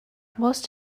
most